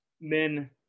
men